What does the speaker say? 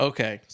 Okay